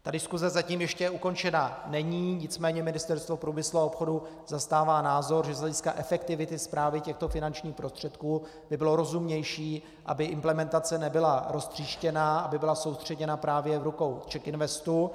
Ta diskuse zatím ještě ukončena není, nicméně Ministerstvo průmyslu a obchodu zastává názor, že z hlediska efektivity správy těchto finančních prostředků by bylo rozumnější, aby implementace nebyla roztříštěná, aby byla soustředěna právě v rukou CzechInvestu.